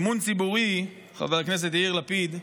אמון ציבורי, חבר הכנסת יאיר לפיד,